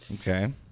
Okay